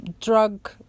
drug